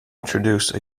introduce